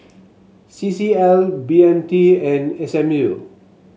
C C L B M T and S M U